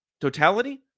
Totality